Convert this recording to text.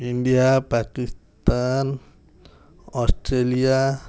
India Pakistan Australia